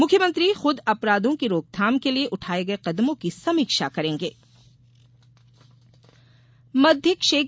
मुख्यमंत्री खुद अपराधों की रोकथाम के लिये उठाये गये कदमों की समीक्षा करेंगे